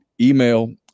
email